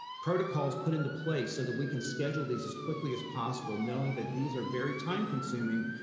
protocols put into place so that we can schedule these as quickly as possible knowing that these are very time consuming,